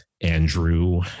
Andrew